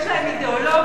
יש להם אידיאולוגיה,